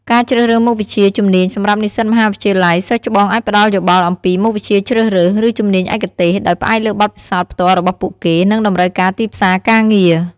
ការជ្រើសរើសមុខវិជ្ជា ជំនាញ សម្រាប់និស្សិតមហាវិទ្យាល័យ សិស្សច្បងអាចផ្តល់យោបល់អំពី មុខវិជ្ជាជ្រើសរើស ឬជំនាញឯកទេស ដោយផ្អែកលើបទពិសោធន៍ផ្ទាល់របស់ពួកគេ និងតម្រូវការទីផ្សារការងារ។